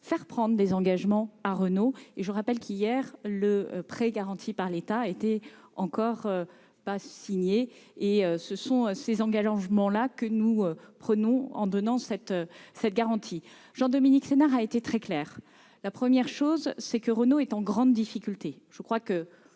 faire prendre des engagements à Renault. Je vous rappelle que le prêt garanti par l'État n'était pas encore signé hier. Ce sont ces engagements-là que nous prenons en donnant cette garantie. Jean-Dominique Senard a été très clair. Premièrement, Renault est en grande difficulté, je crois que